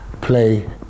play